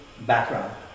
background